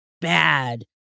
bad